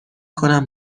کنم